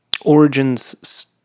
origins